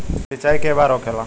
सिंचाई के बार होखेला?